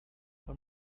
are